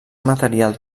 material